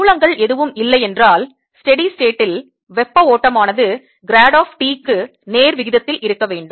மூலங்கள் எதுவும் இல்லை என்றால் ஸ்டெடி ஸ்டேட்டில் வெப்பஓட்டம் ஆனது grad ஆஃப் T க்கு நேர்விகிதத்தில் இருக்க வேண்டும்